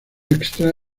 extra